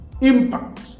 impact